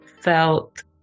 felt